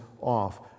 off